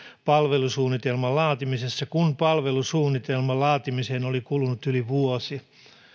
palvelusuunnitelman laatimisessa kun palvelusuunnitelman laatimiseen oli kulunut yli vuosi